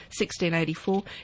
1684